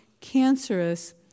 cancerous